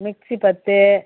mixie பத்து